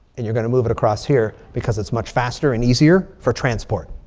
and you're going to move it across here because it's much faster and easier for transport.